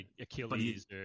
achilles